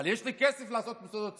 אבל יש לי כסף לעשות מוסדות ציבור.